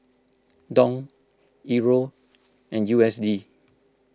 Dong Euro and U S D